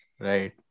Right